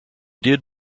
did